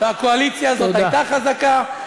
והקואליציה הזאת הייתה חזקה,